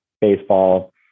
baseball